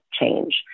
change